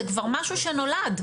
זה כבר משהו שנולד.